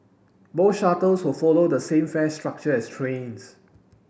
both shuttles will follow the same fare structure as trains